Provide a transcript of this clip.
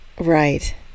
Right